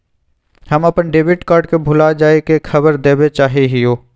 हम अप्पन debit card के भुला जाये के खबर देवे चाहे हियो